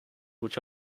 which